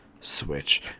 Switch